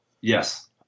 Yes